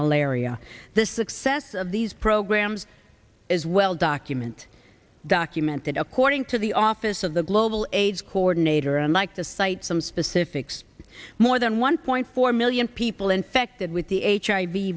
malaria the success of these programs as well document documented according to the office of the global aids coordinator and like to cite some specifics more than one point four million people infected with the h